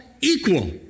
equal